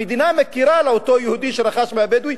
המדינה מכירה בבעלות של אותו יהודי שרכש מהבדואי,